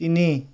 তিনি